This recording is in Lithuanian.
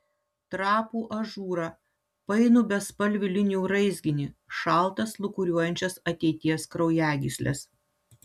trapų ažūrą painų bespalvių linijų raizginį šaltas lūkuriuojančias ateities kraujagysles